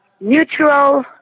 neutral